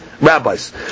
rabbis